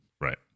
Right